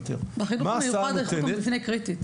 --- בחינוך המיוחד איכות המבנה היא קריטית